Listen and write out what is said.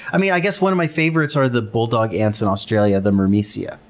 i mean, i guess one of my favorites are the bulldog ants in australia the myrmecia,